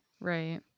right